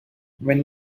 when